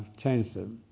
changed it.